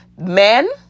Men